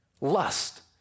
Lust